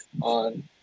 on